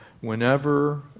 whenever